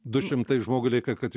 du šimtai žmogui lieka kad